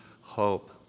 hope